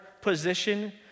position